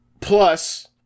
plus